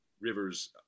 rivers